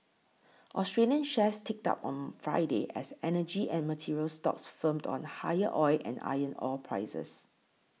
Australian shares ticked up on Friday as energy and materials stocks firmed on higher oil and iron ore prices